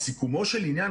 בסיכומו של עניין,